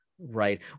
right